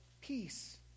peace